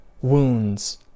wounds